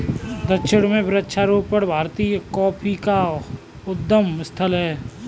दक्षिण में वृक्षारोपण भारतीय कॉफी का उद्गम स्थल है